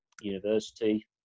university